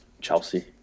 Chelsea